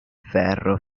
ferro